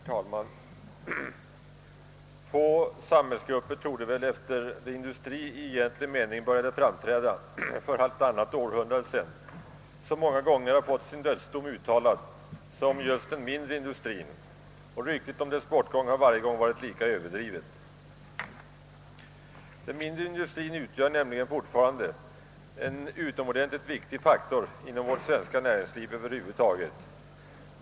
Herr talman! Få samhällsgrupper torde efter det att industri i egentlig mening började framträda för halvtannat århundrade sedan så många gånger ha fått sin dödsdom uttalad som just den mindre industrien. Ryktet om dess bortgång har varje gång varit lika överdrivet. Den mindre industrien utgör nämligen fortfarande en utomordentligt viktig faktor inom vårt svenska näringsliv över huvud taget.